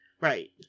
Right